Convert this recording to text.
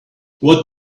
what